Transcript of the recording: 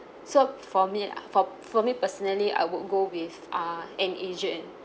so for me uh for for me personally I would go with uh an agent